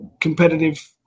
competitive